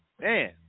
Man